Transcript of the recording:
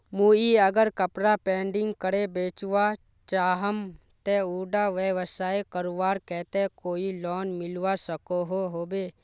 मुई अगर कपड़ा पेंटिंग करे बेचवा चाहम ते उडा व्यवसाय करवार केते कोई लोन मिलवा सकोहो होबे?